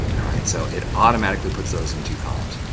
all right, so, it automatically puts those in two columns.